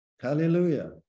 Hallelujah